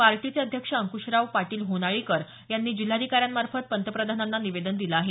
पार्टीचे अध्यक्ष अंकुशराव पाटील होनाळीकर यांनी जिल्हाधिकाऱ्यांमार्फत पंतप्रधानांना निवेदन दिलं आहे